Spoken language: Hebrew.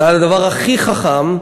זה הדבר הכי חכם,